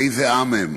מאיזה עם הם.